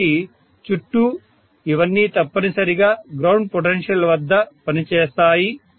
కాబట్టి చుట్టూ ఇవన్నీ తప్పనిసరిగా గ్రౌండ్ పొటెన్షియల్ వద్ద పనిచేస్తాయి